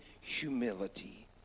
humility